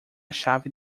chave